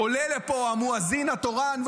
המואזין התורן,